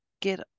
get